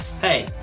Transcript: Hey